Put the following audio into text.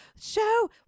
Show